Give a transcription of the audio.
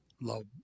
love